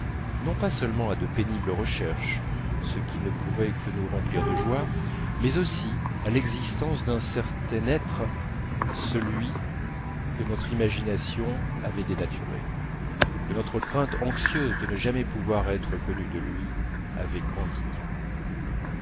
non pas seulement à de pénibles recherches ce qui ne pourrait que nous remplir de joie mais aussi à l'existence d'un certain être celui que notre imagination avait dénaturé que notre crainte anxieuse de ne jamais pouvoir être connus de lui avait grandi